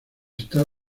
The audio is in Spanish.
está